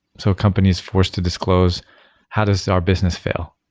so companies force to disclose how does our business fail.